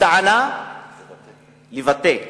לבטא.